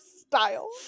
style